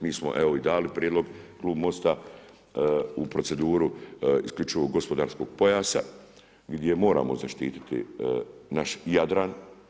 Mi smo evo i dali prijedlog klub MOST-a u proceduru isključivo gospodarskog pojasa gdje moramo zaštititi naš Jadran.